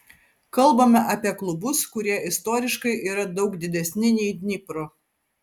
kalbame apie klubus kurie istoriškai yra daug didesni nei dnipro